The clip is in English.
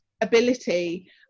ability